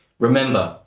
remember,